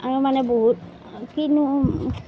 আৰু মানে বহুত কিনো